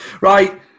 Right